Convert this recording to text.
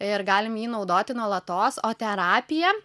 ir galim jį naudoti nuolatos o terapija